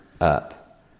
up